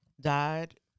died